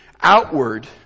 outward